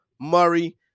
Murray